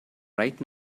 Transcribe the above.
right